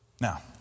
Now